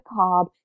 carb